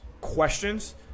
questions